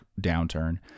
downturn